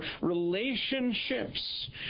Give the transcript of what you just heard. relationships